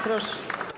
Proszę.